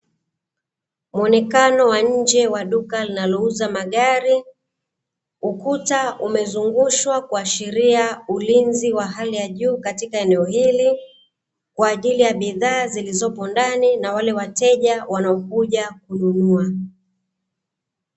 Muonekeno wa nje wa duka linalouza magari, ukuta umezungushwa kuashiria ulinzi wa hali ya juu katika eneo hili kwa ajili ya bidhaa zilizopo ndani, na wale wateja wanaokuja kununua.